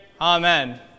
Amen